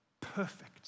perfect